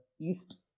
east